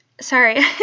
Sorry